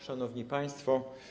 Szanowni Państwo!